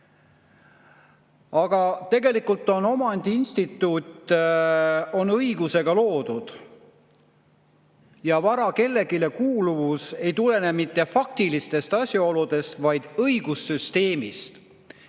Tegelikult on omandi instituut õigusega loodud ja vara kellelegi kuuluvus ei tulene mitte faktilistest asjaoludest, vaid õigussüsteemist.